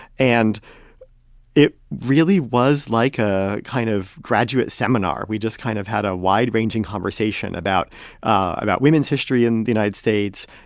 and it really was like a kind of graduate seminar. we just kind of had a wide-ranging conversation about about women's history in the united states,